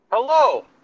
Hello